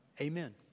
Amen